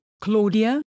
Claudia